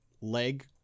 leg